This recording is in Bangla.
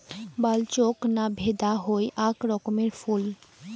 বালচোক না ভেদা হই আক রকমের ফুল